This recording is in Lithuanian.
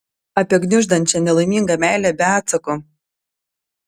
apie gniuždančią nelaimingą meilę be atsako